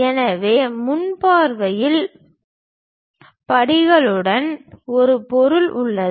எனவே முன் பார்வையில் படிகளுடன் ஒரு பொருள் உள்ளது